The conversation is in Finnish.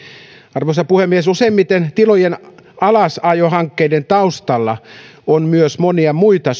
arvoisa puhemies useimmiten tilojen alasajohankkeiden taustalla on myös monia muita